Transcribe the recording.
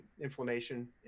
inflammation